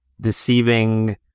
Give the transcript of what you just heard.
deceiving